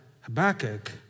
Habakkuk